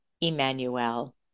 Emmanuel